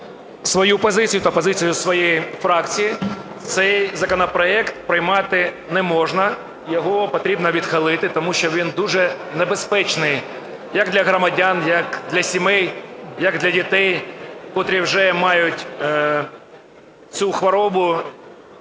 свою позицію та позицію своєї фракції: цей законопроект приймати не можна, його потрібно відхилити, тому що він дуже небезпечний як для громадян, як для сімей, як для дітей, котрі вже мають цю хворобу